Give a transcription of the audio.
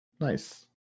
Nice